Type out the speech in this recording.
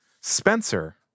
Spencer